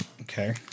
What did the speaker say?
Okay